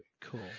Cool